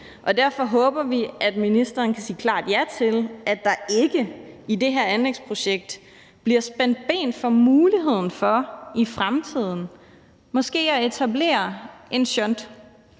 Derfor håber vi, at ministeren kan sige klart ja til, at der ikke i det her anlægsprojekt bliver spændt ben for muligheden for i fremtiden måske at etablere en shunt